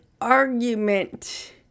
argument